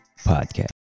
Podcast